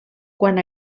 quan